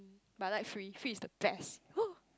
but I like free free is the best !whoo!